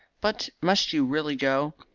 but must you really go?